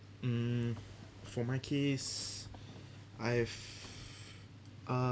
mm for my case I have uh